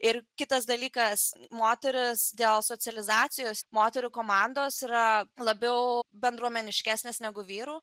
ir kitas dalykas moteris dėl socializacijos moterų komandos yra labiau bendruomeniškesnės negu vyrų